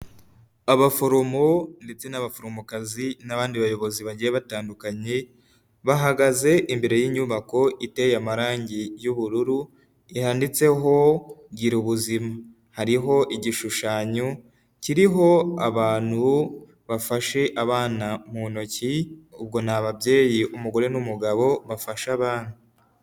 Abaforomo ndetse n'abaforomokazi n'abandi bayobozi bagiye batandukanye, bahagaze imbere y'inyubako iteye amarangi y'ubururu, yanditseho giraba ubuzima, hariho igishushanyo kiriho abantu bafashe abana mu ntoki, ubwo ni ababyeyi umugore n'umugabo bafasha abana.